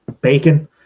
bacon